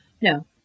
No